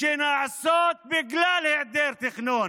שנעשות בגלל היעדר תכנון